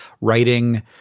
writing